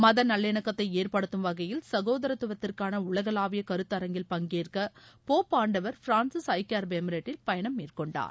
மத நல்லிணக்கத்தை ஏற்படுத்தும் வகையில் சகோதரத்துவத்திற்கான உலகளாவிய கருத்தரங்கத்தில் பங்கேற்க போப் ஆண்டவா் பிரான்சிஸ் ஐக்கிய அரபு எமிரேட்டில் பயணம் மேற்கொண்டார்